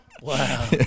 Wow